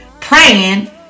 praying